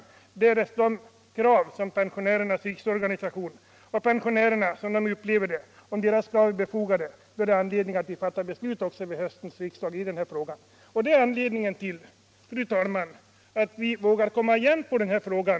Och därest de krav som pensionärerna via sin riksorganisation framfört är befogade har riksdagen också anledning att i höst fatta beslut i ärendet. Detta är anledningen, fru talman, till att vi återkommit i frågan.